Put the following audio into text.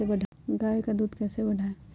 गाय का दूध कैसे बढ़ाये?